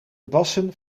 bassen